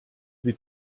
sie